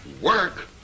Work